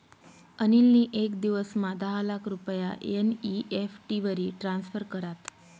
अनिल नी येक दिवसमा दहा लाख रुपया एन.ई.एफ.टी वरी ट्रान्स्फर करात